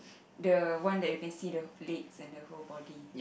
the one that we can see the legs and the whole body